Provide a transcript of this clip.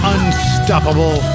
Unstoppable